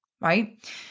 right